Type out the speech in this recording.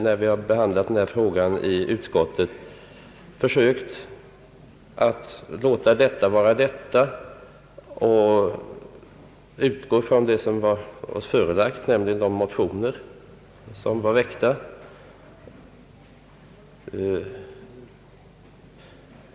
När vi har behandlat frågan i utskottet har vi försökt att låta detta vara detta och utgått från det som var oss förelagt, nämligen de motioner som var väckta.